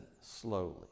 slowly